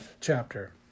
chapter